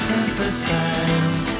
empathize